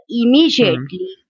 immediately